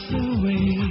away